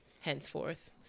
henceforth